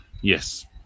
Yes